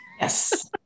Yes